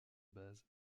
base